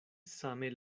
same